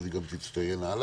אז היא גם תצטיין הלאה.